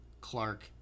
Clark